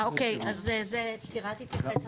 אוקיי, אז לזה טירה תתייחס אחר כך.